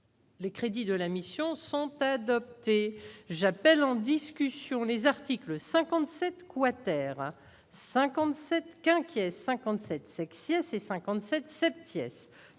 Les crédits de la mission sont adoptés, j'appelle en discussion : les articles 57 quater 57 qu'inquiet 57 sexy, ses 57 cette